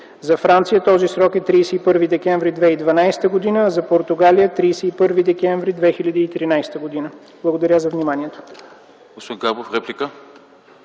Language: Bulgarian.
за Франция този срок е 31 декември 2012 г., а за Португалия – 31 декември 2013 г. Благодаря за вниманието.